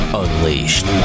unleashed